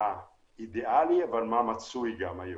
מה אידיאלי ומה מצוי היום.